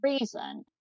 reason